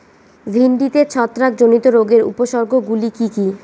ভিন্ডিতে ছত্রাক জনিত রোগের উপসর্গ গুলি কি কী?